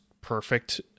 perfect